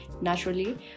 naturally